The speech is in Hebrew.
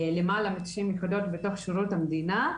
למעלה מתשעים יחידות בתוך שירות המדינה.